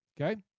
okay